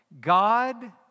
God